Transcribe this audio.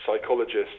psychologists